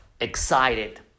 excited